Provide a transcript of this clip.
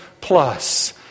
plus